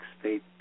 State